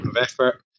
effort